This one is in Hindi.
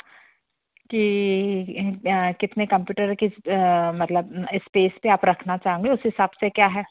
कि इन कितने कंप्यूटर की मतलब स्पेस पर आप रखना चाहेंगें उस हिसाब से क्या है